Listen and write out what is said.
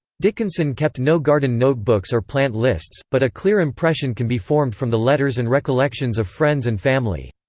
dickinson kept no garden notebooks or plant lists, but a clear impression can be formed from the letters and recollections of friends and family.